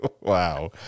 Wow